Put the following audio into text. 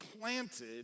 planted